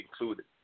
included